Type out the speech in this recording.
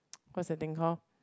what's the thing call